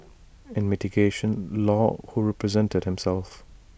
in mitigation law who represented himself